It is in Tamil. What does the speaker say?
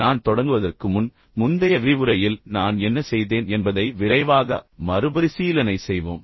நான் தொடங்குவதற்கு முன் முந்தைய விரிவுரையில் நான் என்ன செய்தேன் என்பதை விரைவாக மறுபரிசீலனை செய்வோம்